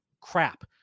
crap